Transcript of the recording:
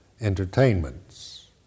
entertainments